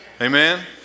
Amen